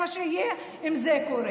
יש לי זכות לומר את מה שאני רוצה.